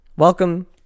Welcome